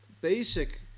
basic